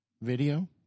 video